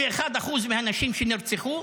ואני רוצה להזכיר במיוחד שבשנת 2024 36 נשים נרצחו,